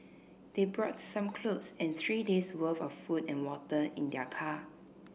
they brought some clothes and three days' worth of food and water in their car